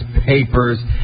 papers